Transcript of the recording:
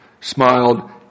smiled